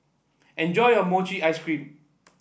enjoy your Mochi Ice Cream